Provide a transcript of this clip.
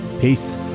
Peace